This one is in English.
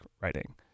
writing